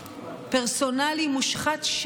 פרסונלי מושחת,